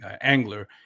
angler